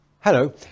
Hello